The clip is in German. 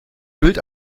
bild